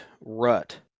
rut